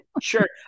sure